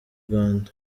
rwanda